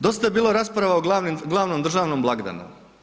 Dosta je bilo rasprava o glavnom državnom blagdanu.